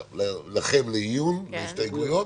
לכם את זה לעיון, להסתייגויות,